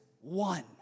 one